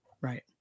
Right